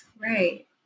Right